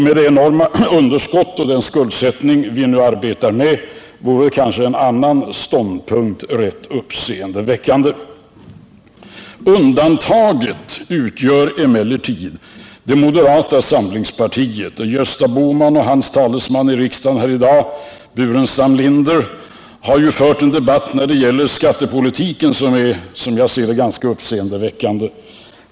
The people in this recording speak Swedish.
Med det enorma underskott och den skuldsättning som vi nu arbetar med vore en annan ståndpunkt rätt uppseendeväckande. Undantaget utgör emellertid moderata samlingspartiet, där Gösta Bohman och hans talesman i riksdagen i dag, Staffan Burenstam Linder, har fört en debatt när det gäller skattepolitiken som är, som jag ser det, ganska uppseendeväckande.